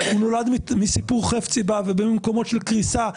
נולד מסיפור "חפציבה" וממקומות של קריסה,